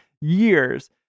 years